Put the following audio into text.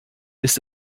ist